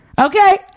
Okay